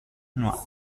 noir